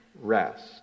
rest